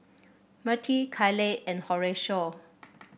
Mirtie Kailey and Horatio